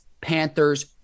Panthers